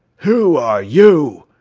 who are you?